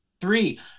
Three